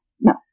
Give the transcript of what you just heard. No